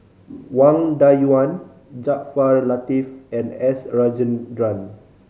Wang Dayuan Jaafar Latiff and S Rajendran